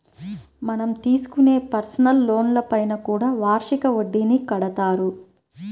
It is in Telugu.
మనం తీసుకునే పర్సనల్ లోన్లపైన కూడా వార్షిక వడ్డీని కడతారు